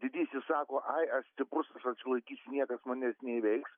didysis sako ai aš stiprus aš atsilaikysiu niekas manęs neįveiks